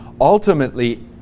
ultimately